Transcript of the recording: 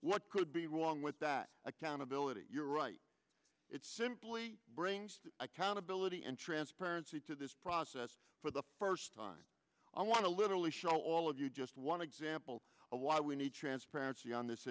what could be wrong with that accountability you're right it's simply brings accountability and transparency to this process for the first time i want to literally show all of you just one example of why we need transparency on this